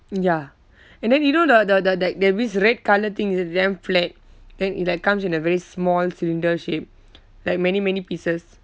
mm ya and then you know the the the like there is red colour thing it's damn flat then it like comes in a very small cylinder shaped like many many pieces